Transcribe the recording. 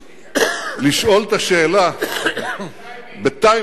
לשאול את השאלה בטיימינג כזה,